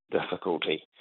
difficulty